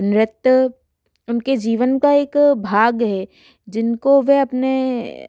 नृत्य उनके जीवन का एक भाग है जिनको वे अपने